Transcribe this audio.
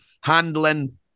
handling